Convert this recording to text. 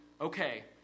okay